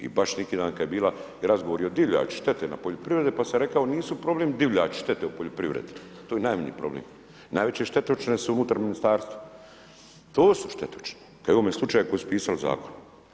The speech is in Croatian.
I baš neki dan kad je bila razgovori o divljači, štete na poljoprivredi, pa sam rekao nisu problem divljač štete u poljoprivredi, to je najmanji problem. najveće štetočine su unutar ministarstva, to su štetočine kao i u ovome slučaju koje su pisale zakon.